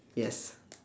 yes